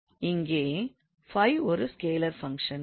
இங்கே 𝜑 ஒரு scalar function